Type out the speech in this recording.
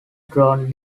drawn